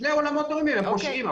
שני אולמות מנוהלים על ידי פושעים.